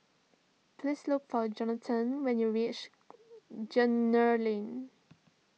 please look for Jonathan when you reach Lane